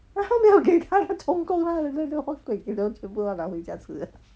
then 他没有给她他充公她那个 huat kueh 全部给都拿回家吃